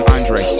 Andre